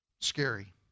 scary